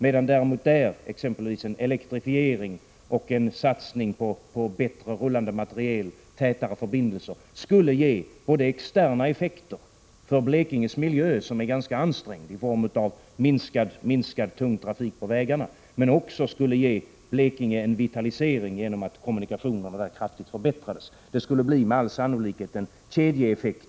En satsning på bättre rullande materiel och tätare förbindelser skulle både ge effekter externt för Blekinges miljö — som är ganska ansträngd — genom minskning av den tunga trafiken på vägarna och en vitalisering av Blekinge genom kraftigt förbättrade kommunikationer. Det skulle med all sannolikhet bli en positiv kedjeeffekt.